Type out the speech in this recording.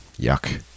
yuck